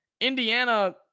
Indiana